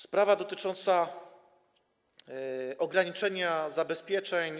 Sprawa dotycząca ograniczenia zabezpieczeń.